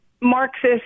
Marxist